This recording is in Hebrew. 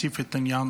מציף את העניין,